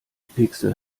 pixel